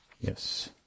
Yes